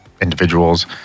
individuals